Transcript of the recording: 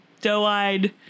doe-eyed